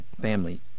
family